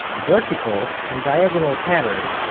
vertical and diagonal patterns,